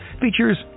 features